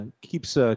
keeps